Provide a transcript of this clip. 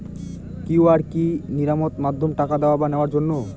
QR কি নিরাপদ মাধ্যম টাকা দেওয়া বা নেওয়ার জন্য?